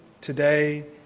today